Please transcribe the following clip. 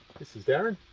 this is darren.